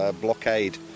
blockade